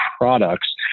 products